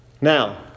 now